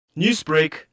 Newsbreak